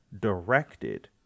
directed